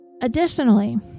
Additionally